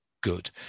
good